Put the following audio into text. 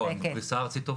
הם בפריסה ארצית טובה.